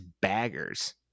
baggers